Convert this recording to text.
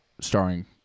starring